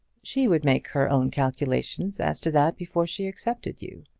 she would make her own calculations as to that before she accepted you.